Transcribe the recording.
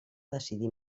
decidir